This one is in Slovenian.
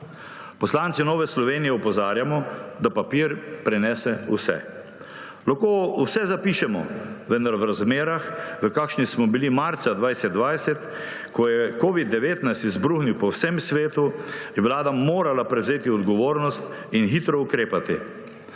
Poslanci Nove Slovenije opozarjamo, da papir prenese vse. Lahko vse zapišemo, vendar v razmerah, v kakršnih smo bili marca 2020, ko je covid-19 izbruhnil po vsem svetu, je Vlada morala prevzeti odgovornost in hitro ukrepati.